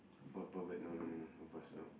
per pervert no no no no no first no